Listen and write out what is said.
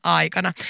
aikana